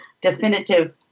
definitive